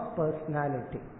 personality